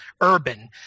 urban